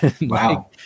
Wow